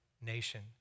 nation